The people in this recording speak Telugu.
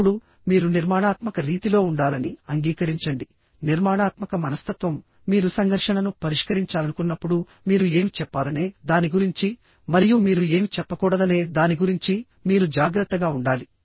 ఇప్పుడు మీరు నిర్మాణాత్మక రీతిలో ఉండాలని అంగీకరించండి నిర్మాణాత్మక మనస్తత్వం మీరు సంఘర్షణను పరిష్కరించాలనుకున్నప్పుడు మీరు ఏమి చెప్పాలనే దాని గురించి మరియు మీరు ఏమి చెప్పకూడదనే దాని గురించి మీరు జాగ్రత్తగా ఉండాలి